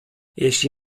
jeśli